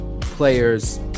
players